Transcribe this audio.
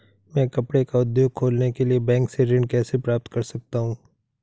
मैं कपड़े का उद्योग खोलने के लिए बैंक से ऋण कैसे प्राप्त कर सकता हूँ?